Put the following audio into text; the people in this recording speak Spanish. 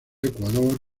ecuador